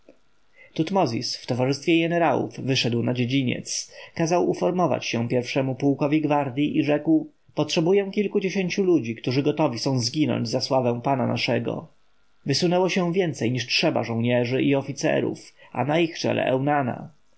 tutmozis w towarzystwie jenerałów wyszedł na dziedziniec kazał uformować się pierwszemu pułkowi gwardji i rzekł potrzebuję kilkudziesięciu ludzi którzy gotowi są zginąć za sławę pana naszego wysunęło się więcej niż trzeba żołnierzy i oficerów a na ich czele eunana